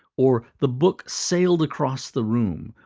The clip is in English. or the book sailed across the room.